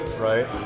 Right